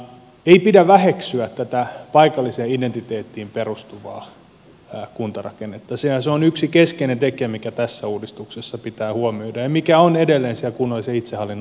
ei pidä väheksyä tätä paikalliseen identiteettiin perustuvaa kuntarakennetta sillä se on yksi keskeinen tekijä mikä tässä uudistuksessa pitää huomioida ja mikä on edelleen siellä kunnallisen itsehallinnon pohjalla